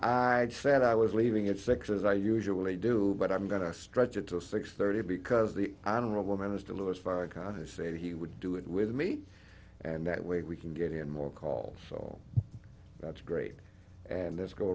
i said i was leaving at sixes i usually do but i'm going to stretch it to six thirty because the honorable minister louis farrakhan has said he would do it with me and that way we can get in more calls so that's great and let's go